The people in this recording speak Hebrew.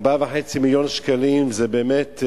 4.5 מיליון שקלים, זה באמת,